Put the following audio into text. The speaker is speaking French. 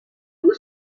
vous